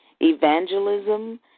evangelism